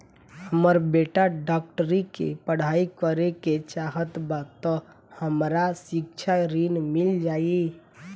हमर बेटा डाक्टरी के पढ़ाई करेके चाहत बा त हमरा शिक्षा ऋण मिल जाई?